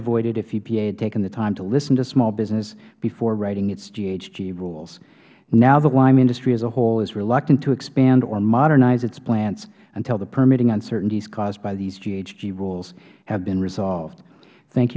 avoided if epa had taken the time to listen to small business before writing its ghg rules now the lime industry as a whole is reluctant to expand or modernize its plants until the permitting uncertainties caused by these ghg rules have been resolved thank